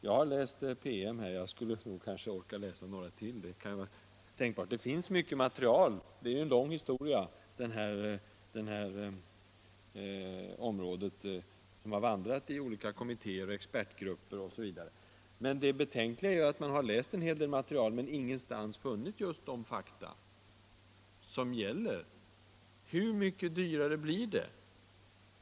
Jag har läst en PM här och jag skulle nog orka läsa några till. Det finns mycket material. Det är en lång historia som vandrat i olika kommuner och expertgrupper. Men det beklagliga är att man läser en hel del material men ingenstans funnit just fakta som talar om följande: Hur mycket dyrare blir det?